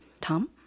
Tom